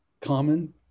common